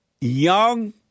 Young